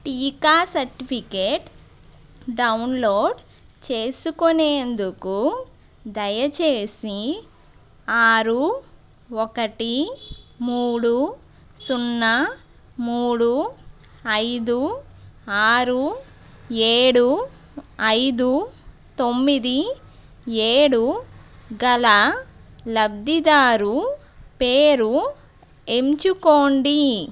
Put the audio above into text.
టీకా certificate download చేసుకునేందుకు దయచేసి ఆరు ఒకటి మూడు సున్నా మూడు ఐదు ఆరు ఏడు ఐదు తొమ్మిది ఏడు గల లబ్దిదారు పేరు ఎంచుకోండి